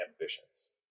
ambitions